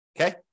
Okay